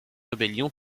rébellion